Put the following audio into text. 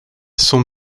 sont